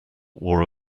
wore